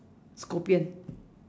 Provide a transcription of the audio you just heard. scorpion